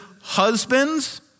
Husbands